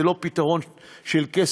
זה לא פתרון של קסם,